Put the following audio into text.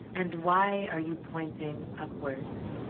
and why are you pointing upwards?